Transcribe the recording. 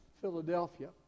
Philadelphia